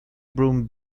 broom